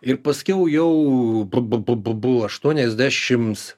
ir paskiau jau bu bu bu aštuoniasdešims